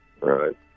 right